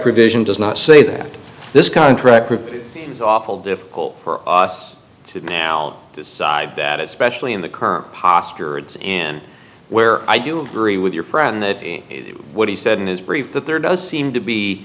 provision does not say that this contract group is awful difficult for us to decide that it specially in the current posture adds and where i do agree with your friend that what he said in his brief that there does seem to be